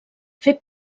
fer